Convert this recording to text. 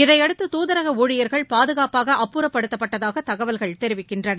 இதையடுத்து தூதரக ஊழியர்கள் பாதுகாப்பாக அப்புறப்படுத்தப்பட்டதாக தகவல்கள் தெரிவிக்கின்றன